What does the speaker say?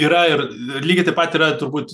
yra ir lygiai taip pat yra turbūt